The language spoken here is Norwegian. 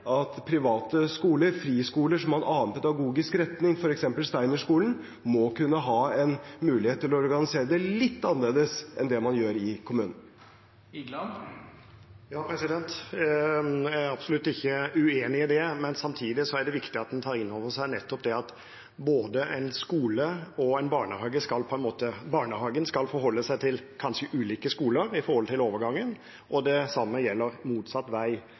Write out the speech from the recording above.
at private skoler, friskoler, som har en annen pedagogisk retning, f.eks. steinerskoler, må kunne ha en mulighet til å organisere det litt annerledes enn det man gjør i kommunen. Jeg er absolutt ikke uenig i det, men samtidig er det viktig at en tar inn over seg nettopp det at barnehagen kanskje skal forholde seg til ulike skoler i overgangen, og det samme gjelder motsatt vei. Da er det en fordel at man har et felles rammeverk som alle skal forholde seg til, uansett om det